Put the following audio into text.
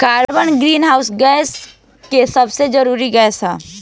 carbon greenhouse gas के सबसे जरूरी गैस ह